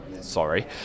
sorry